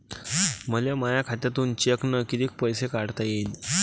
मले माया खात्यातून चेकनं कितीक पैसे काढता येईन?